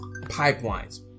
pipelines